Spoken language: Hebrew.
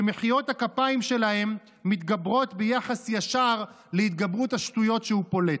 שמחיאות הכפיים שלהם מתגברות ביחס ישר להתגברות השטויות שהוא פולט.